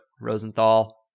rosenthal